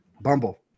Bumble